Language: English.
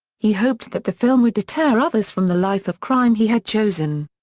he hoped that the film would deter others from the life of crime he had chosen.